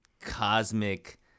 cosmic